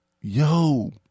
Yo